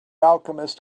alchemist